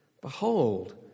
Behold